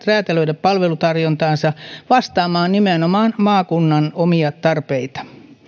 räätälöidä palvelutarjontaansa vastaamaan nimenomaan maakunnan omia tarpeita